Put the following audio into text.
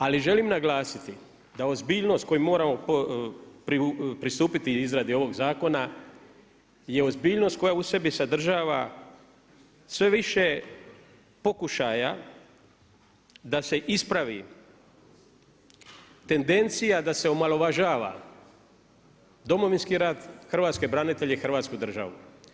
Ali želim naglasiti da ozbiljnost kojom moramo pristupiti izradi ovog zakona je ozbiljnost koja u sebi sadržava sve više pokušaja da se ispravi tendencija da se omalovažava Domovinski rat, hrvatske branitelje i Hrvatsku državu.